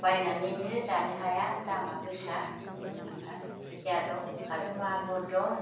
बायनानैनो जानो हाया दामा गोसा आरो खुसिया दं आरो मागुर दं